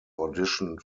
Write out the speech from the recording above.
auditioned